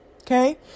Okay